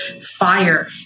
fire